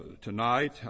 tonight